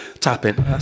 tapping